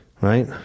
Right